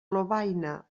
lovaina